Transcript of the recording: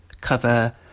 cover